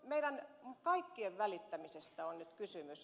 meidän kaikkien välittämisestä on nyt kysymys